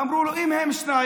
ואמרו לו: אם הם שניים?